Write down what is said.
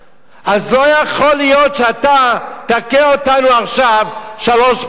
אז לא יכול להיות שאתה תכה אותנו עכשיו שלוש פעמים.